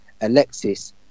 Alexis